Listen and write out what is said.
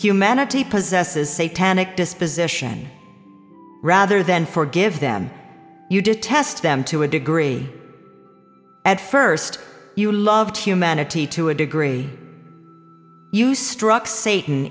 humanity possesses a tannic disposition rather than forgive them you detest them to a degree at first you loved humanity to a degree you struck satan